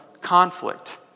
conflict